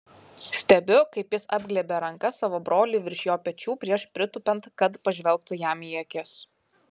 stebiu kaip jis apglėbia ranka savo brolį virš jo pečių prieš pritūpiant kad pažvelgtų jam į akis